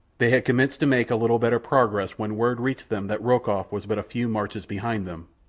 they had commenced to make a little better progress when word reached them that rokoff was but a few marches behind them,